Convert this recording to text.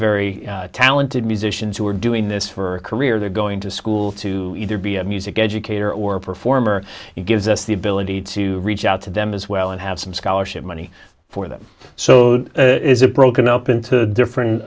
very talented musicians who are doing this for a career they're going to school to either be a music educator or performer it gives us the ability to reach out to them as well and have some scholarship money for them so it is a broken up into different